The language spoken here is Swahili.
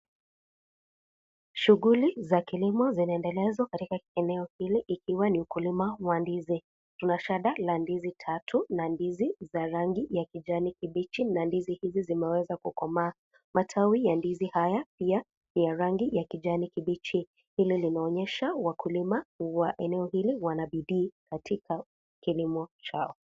Shughuli za kilimo zinaendelezwa katika eneo hili ikiwa ni ukulima wa ndizi. Kuna shada la ndizi tatu na ndizi za rangi ya kijani kibichi na ndizi hizi zimeweza kukomaa. Matawi ya ndizi haya ni ya rangi ya kijani kibichi. Hili linaonyesha wakulima wa eneo hili wana bidii katika kilimo chao.